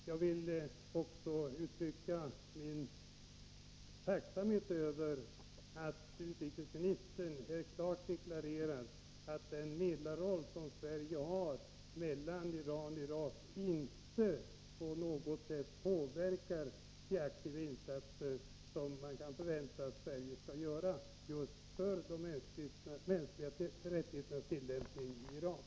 Jag vill också uttrycka min tacksamhet över att utrikesministern klart deklarerar att den medlarroll som Sverige har mellan Iran och Irak inte på något sätt påverkar de aktiva insatser som man kan förvänta att Sverige skall göra just för de mänskliga rättigheternas tillämpning i Iran.